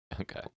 Okay